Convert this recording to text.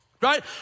Right